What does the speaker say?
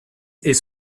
est